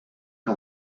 que